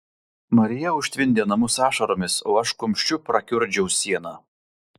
marija užtvindė namus ašaromis o aš kumščiu prakiurdžiau sieną